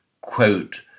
quote